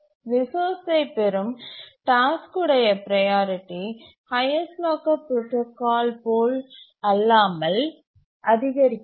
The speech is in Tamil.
ரிசோர்ஸ்சை பெரும் டாஸ்க் உடைய ப்ரையாரிட்டி ஹைஎஸ்ட் லாக்கர் புரோடாகால் போலல்லாமல் அதிகரிக்காது